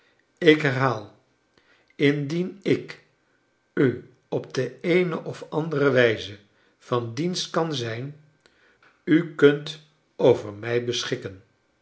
ik herhaal indien ik u op de eene of andere wijze van dienst kan zijn u kunt over mij beschikken